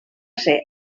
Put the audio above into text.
ser